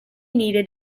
needed